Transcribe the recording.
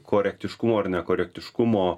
korektiškumų ar nekorektiškumo